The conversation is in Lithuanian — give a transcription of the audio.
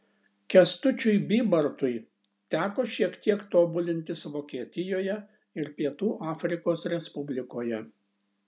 kęstučiui bybartui teko šiek tiek tobulintis vokietijoje ir pietų afrikos respublikoje